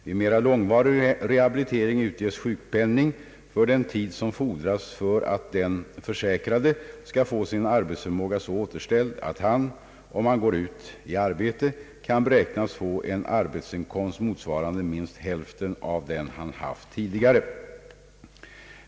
Vid mera långvarig rehabilitering utges sjukpenning för den tid som fordras för att den försäkrade skall få sin arbetsförmåga så återställd att han — om han går ut i arbete — kan beräknas få en arbetsinkomst motsvarande minst hälften av den han haft tidigare.